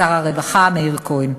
שר הרווחה מאיר כהן.